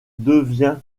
devient